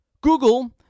Google